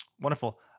Wonderful